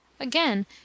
Again